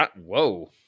Whoa